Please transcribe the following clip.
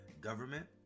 government